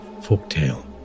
folktale